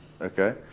Okay